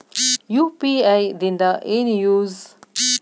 UPI ದಿಂದ ಏನು use?